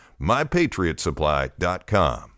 MyPatriotSupply.com